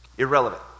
irrelevant